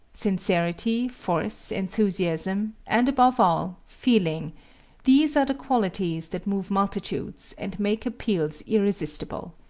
sincerity, force, enthusiasm, and above all, feeling these are the qualities that move multitudes and make appeals irresistible.